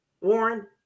Warren